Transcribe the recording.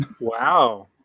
Wow